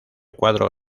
cuadro